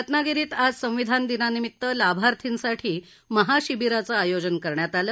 रत्नागिरीत आज संविधान दिनानिमित्त लाभार्थींसाठी महाशिबिराचं आयोजन करण्यात आलं